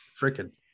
Freaking